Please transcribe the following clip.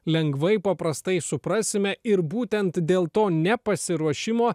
lengvai paprastai suprasime ir būtent dėl to nepasiruošimo